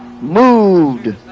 moved